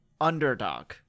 underdog